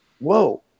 whoa